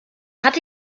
hatte